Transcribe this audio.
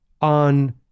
on